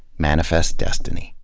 manifest destiny.